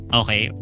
okay